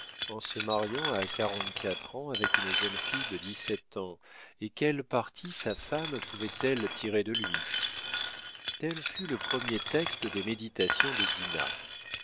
en se mariant à quarante-quatre ans avec une jeune fille de dix-sept ans et quel parti sa femme pouvait-elle tirer de lui tel fut le premier texte des méditations de dinah